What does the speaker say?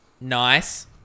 Nice